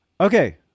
okay